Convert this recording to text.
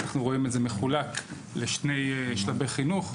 אנחנו רואים את זה מחולק לשני שלבי חינוך,